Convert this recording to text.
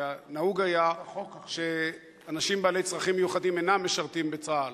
ונהוג היה שאנשים בעלי צרכים מיוחדים אינם משרתים בצה"ל.